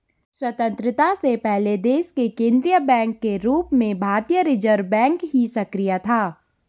स्वतन्त्रता से पहले देश के केन्द्रीय बैंक के रूप में भारतीय रिज़र्व बैंक ही सक्रिय था